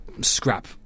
scrap